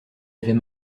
avait